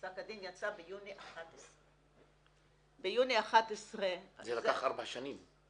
פסק הדין יצא ביוני 2011. זה לקח ארבע שנים.